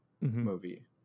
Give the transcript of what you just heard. movie